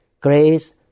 grace